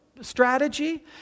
strategy